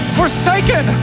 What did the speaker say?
forsaken